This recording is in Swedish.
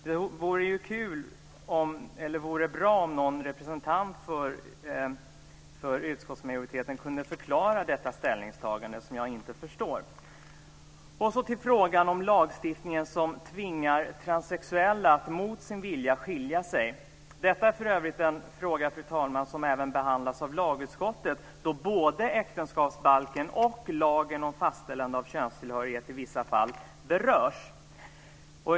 Det vore kul, eller bra, om någon representant för utskottsmajoriteten kunde förklara detta ställningstagande, som jag inte förstår. Jag går så till frågan om den lagstiftning som tvingar transsexuella att mot sin vilja skilja sig. Detta är för övrigt en fråga, fru talman, som även behandlas av lagutskottet, då både äktenskapsbalken och lagen om fastställande av könstillhörighet i vissa fall berörs.